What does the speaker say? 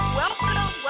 welcome